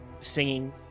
singing